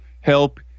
help